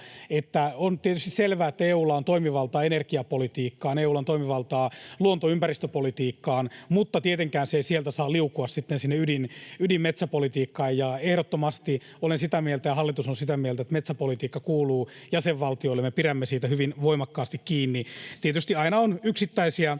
On tietysti selvää, että EU:lla on toimivaltaa energiapolitiikkaan ja EU:lla on toimivaltaa luonto- ja ympäristöpolitiikkaan, mutta tietenkään se ei sieltä saa liukua sitten sinne ydinmetsäpolitiikkaan. Ja ehdottomasti olen sitä mieltä ja hallitus on sitä mieltä, että metsäpolitiikka kuuluu jäsenvaltioille. Me pidämme siitä hyvin voimakkaasti kiinni. Tietysti aina on yksittäisiä